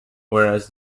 whereas